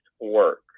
work